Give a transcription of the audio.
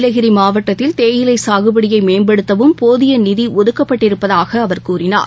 நீலகிரி மாவட்டத்தில் தேயிலை சாகுபடியை மேம்படுத்தவும் போதிய நிதி ஒதுக்கப்பட்டிருப்பதாக அவர் கூறினார்